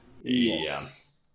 Yes